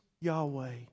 Yahweh